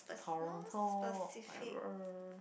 Toronto whatever